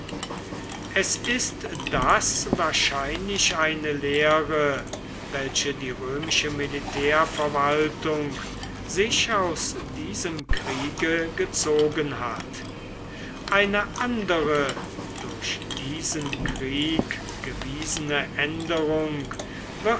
es ist das wahrscheinlich eine lehre welche die römische militärverwaltung sich aus diesem kriege gezogen hat eine andere durch diesen krieg gewiesene änderung